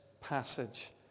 passage